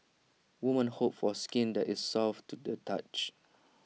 women hope for skin that is soft to the touch